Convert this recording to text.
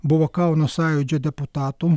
buvo kauno sąjūdžio deputatų